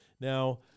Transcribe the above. Now